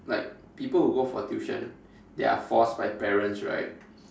like people who go for tuition they are forced by parents right